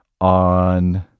on